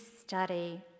study